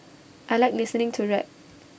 I Like listening to rap